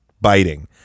biting